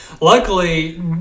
luckily